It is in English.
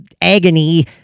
agony